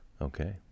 Okay